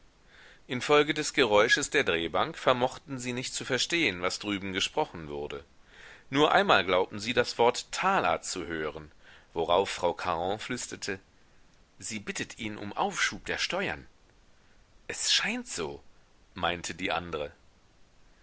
infolge des geräusches der drehbank vermochten sie nicht zu verstehen was drüben gesprochen wurde nur einmal glaubten sie das wort taler zu hören worauf frau caron flüsterte sie bittet ihn um aufschub der steuern es scheint so meinte die andre